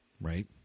Right